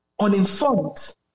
uninformed